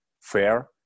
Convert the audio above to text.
fair